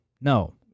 No